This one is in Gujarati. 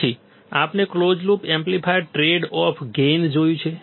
પછી આપણે close loop amplifier trade off gain જોયું છે